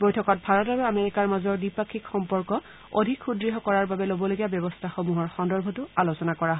বৈঠকত ভাৰত আৰু আমেৰিকাৰ মাজৰ দ্বিপাক্ষিক সম্পৰ্ক অধিক সুদ্ঢ় কৰাৰ বাবে ল'বলগীয়া ব্যৱস্থাসমূহৰ সন্দৰ্ভতো আলোচনা কৰা হয়